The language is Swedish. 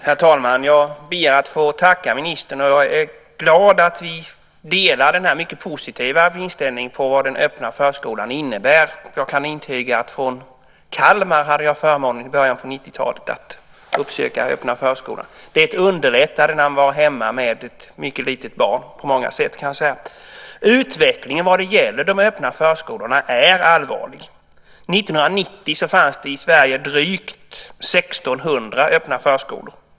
Herr talman! Jag ber att få tacka ministern. Jag är glad att vi delar den mycket positiva inställningen till vad den öppna förskolan innebär. I Kalmar hade jag förmånen i början på 90-talet att uppsöka den öppna förskolan och kan intyga det. Det underlättade på många sätt när man var hemma med ett mycket litet barn. Utvecklingen vad gäller de öppna förskolorna är allvarlig. År 1990 fanns det i Sverige drygt 1 600 öppna förskolor.